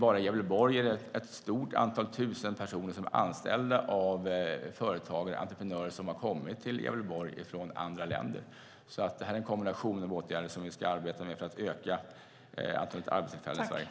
Bara i Gävleborg finns ett antal tusen personer anställda av företagare, entreprenörer, som kommit från andra länder. Vi måste arbeta med en kombination av åtgärder för att öka antalet arbetstillfällen i Sverige.